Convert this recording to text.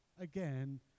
again